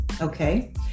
okay